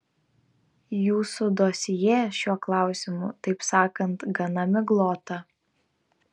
jūsų dosjė šiuo klausimu taip sakant gana miglota